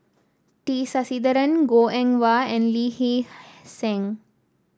T Sasitharan Goh Eng Wah and Lee Hee Seng